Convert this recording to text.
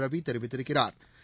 Ravi தெரிவித்திருக்கிறாா்